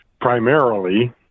primarily